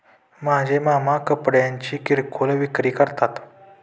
माझे मामा कपड्यांची किरकोळ विक्री करतात